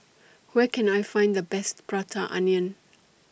Where Can I Find The Best Prata Onion